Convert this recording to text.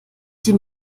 dem